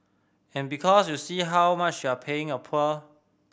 and because you see how much you're paying